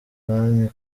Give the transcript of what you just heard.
banki